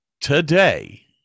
Today